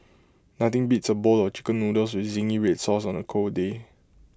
nothing beats A bowl of Chicken Noodles with Zingy Red Sauce on A cold day